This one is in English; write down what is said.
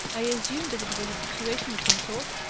i assume that it was a situation of some sort?